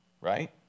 Right